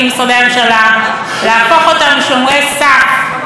סף שמרימים דגלים אדומים אל מול החלטות